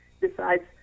decides